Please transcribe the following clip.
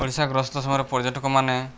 ଓଡ଼ିଶାଗ୍ରସ୍ତ ସମୟରେ ପର୍ଯ୍ୟଟକ ମାନେ